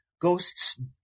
ghosts